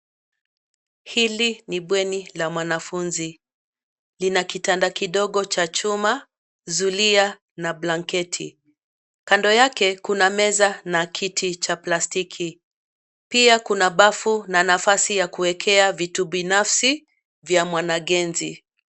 Hili ni bweni la mwanafunzi, lina kitanda kidogo cha chuma, zulia na blanketi. Kando yake kuna meza na kiti cha plastiki, pia kuna bafu na nafasi ya kuwekea vitu binafsi vya mwanagenzi.